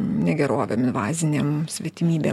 negerovėm invazinėm svetimybė